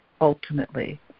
ultimately